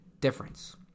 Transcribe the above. difference